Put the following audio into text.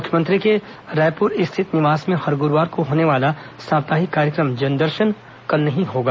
मुख्यमंत्री के रायपुर स्थित निवास में हर गुरूवार को होने वाला साप्ताहिक कार्यक्रम जनदर्शन कल नहीं होगा